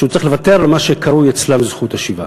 שהוא צריך לוותר על מה שקרוי אצלם "זכות השיבה".